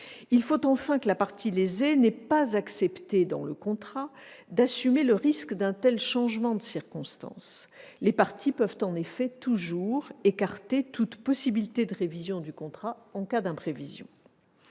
Il faut enfin que la partie lésée n'ait pas accepté dans le contrat d'assumer le risque d'un tel changement de circonstances. Les parties peuvent en effet toujours écarter toute possibilité de révision du contrat en cas d'imprévision.